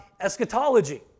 eschatology